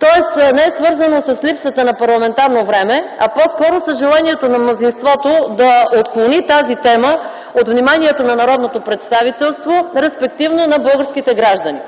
тоест това не е свързано с липсата на парламентарно време, а по-скоро с желанието на мнозинството да отклони тази тема от вниманието на народното представителство, респективно на българските граждани.